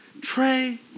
Trey